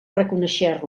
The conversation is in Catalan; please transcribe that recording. reconèixer